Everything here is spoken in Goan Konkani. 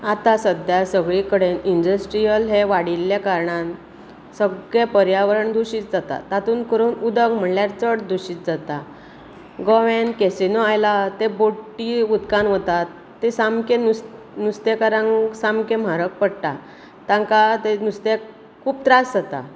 आतां सद्या सगळी कडेन इंडस्ट्रीयल हे वाडिल्या कारणान सगळें पर्यावरण दुशीत जाता तातूंत करून उदक म्हणल्यार चड दुशीत जाता गोव्यान कॅसीनो आयला ते बोटी उदकान वतात ते सामके नुस्तें नुस्तेकारांक सामके म्हारग पडटा तांका ते नुस्तें खूब त्रास जाता